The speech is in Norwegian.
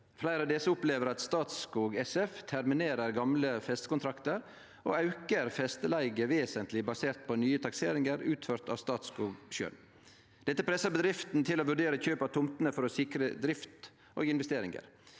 Fleire av desse opplever at Statskog SF terminerer gamle festekontraktar og aukar festeleiga vesentleg basert på nye takseringar utførte av Statskog sjølv. Dette pressar bedriftene til å vurdere kjøp av tomtene for å sikre drift og investeringar.